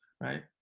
right